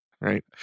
right